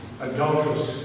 adulterous